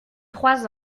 trois